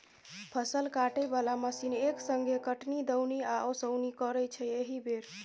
फसल काटय बला मशीन एक संगे कटनी, दौनी आ ओसौनी करय छै एकहि बेर